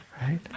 right